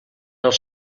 els